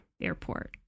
Airport